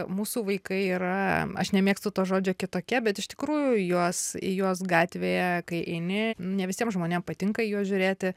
mūsų vaikai yra aš nemėgstu to žodžio kitokie bet iš tikrųjų juos į juos gatvėje kai eini ne visiem žmonėm patinka į juos žiūrėti